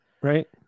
Right